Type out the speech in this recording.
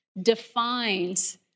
defines